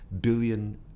billion